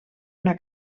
una